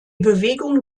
bewegung